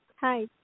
Hi